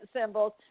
symbols